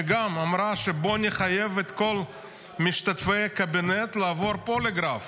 שגם אמרה: בוא נחייב את כל משתתפי הקבינט לעבור פוליגרף,